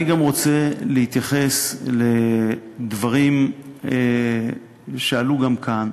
אני גם רוצה להתייחס לדברים שעלו גם כאן.